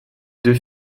deux